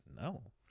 no